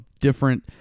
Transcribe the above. different